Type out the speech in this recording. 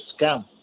scam